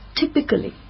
Typically